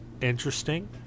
interesting